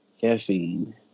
caffeine